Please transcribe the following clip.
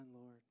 Lord